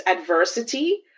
adversity